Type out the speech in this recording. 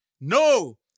No